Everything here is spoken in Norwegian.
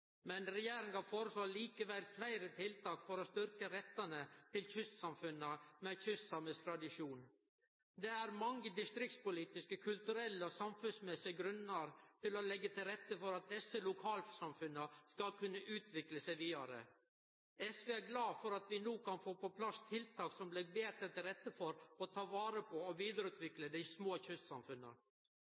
Regjeringa foreslår likevel fleire tiltak for å styrkje rettane til kystsamfunna med kystsamisk tradisjon. Det er mange distriktspolitiske, kulturelle og samfunnsmessige grunnar til å leggje til rette for at desse lokalsamfunna skal kunne utvikle seg vidare. SV er glad for at vi no kan få på plass tiltak som legg betre til rette for å ta vare på og vidareutvikle dei små kystsamfunna.